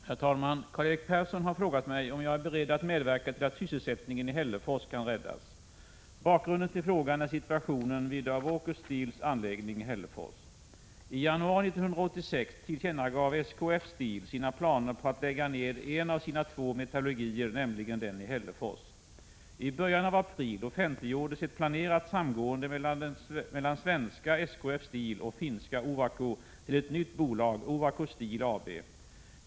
Herr talman! Karl-Erik Persson har frågat mig om jag är beredd att medverka till att sysselsättningen i Hällefors kan räddas. Bakgrunden till frågan är situationen vid Ovako Steels anläggning i Hällefors. I januari 1986 tillkännagav SKF Steel sina planer på att lägga ner en av sina två metallurgier, nämligen den i Hällefors. I början av april offentliggjordes ett planerat samgående mellan svenska SKF Steel och finska Ovako till ett nytt bolag, Ovako Steel AB.